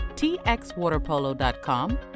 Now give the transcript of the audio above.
txwaterpolo.com